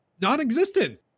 non-existent